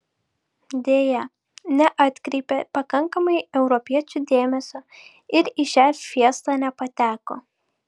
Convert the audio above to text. deja neatkreipė pakankamai europiečių dėmesio ir į šią fiestą nepateko